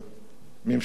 הממשלה שלנו,